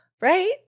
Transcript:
right